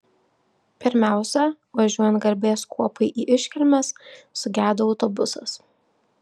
pirmiausia važiuojant garbės kuopai į iškilmes sugedo autobusas